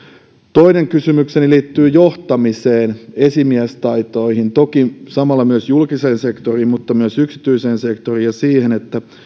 toinen kysymykseni liittyy johtamiseen esimiestaitoihin toki samalla myös julkiseen sektoriin mutta myös yksityiseen sektoriin ja siihen